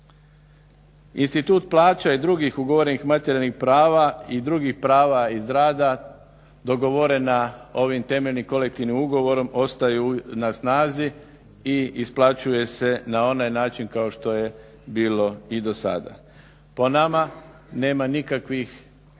Institut plaća i drugih ugovorenih materijalnih prava i drugih prava iz rada dogovorena ovim temeljnim kolektivnim ugovorom ostaju na snazi i isplaćuje se na onaj način kao što je bilo i do sada. Po nama nema nikakvih